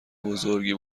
بزرگی